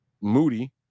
Moody